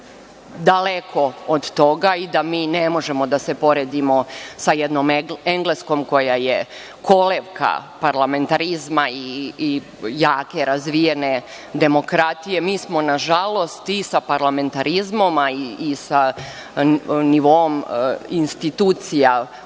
daleko od toga i da mi ne možemo da se poredimo sa jednom Engleskom, koja je kolevka parlamentarizma i jake razvijene demokratije. Mi smo, nažalost, i sa parlamentarizmom i sa nivoom institucija